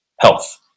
health